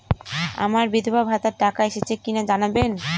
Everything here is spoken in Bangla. আমার বিধবাভাতার টাকা এসেছে কিনা জানাবেন?